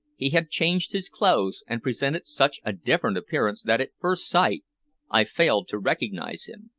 he had changed his clothes, and presented such a different appearance that at first sight i failed to recognize him.